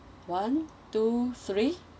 one two three